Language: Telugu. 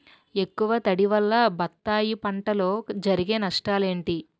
ఎక్కువ తడి వల్ల బత్తాయి పంటలో జరిగే నష్టాలేంటి?